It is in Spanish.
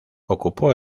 ocupó